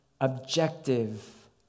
objective